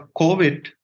COVID